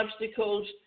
obstacles